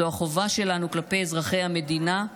זו החובה שלנו כלפי אזרחי המדינה,